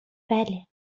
بله